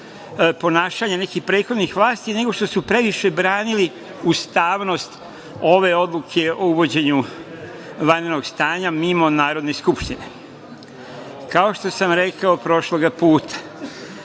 ponašanja nekih prethodnih vlasti, nego što su previše branili ustavnost ove odluke o uvođenju vanrednog stanja mimo Narodne skupštine. Kao što sam rekao prošlog puta,